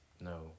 No